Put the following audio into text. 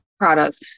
products